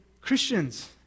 Christians